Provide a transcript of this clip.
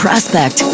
Prospect